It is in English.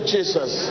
Jesus